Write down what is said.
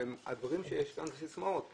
רואה שיש כאן סיסמאות.